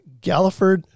Galliford